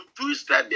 twisted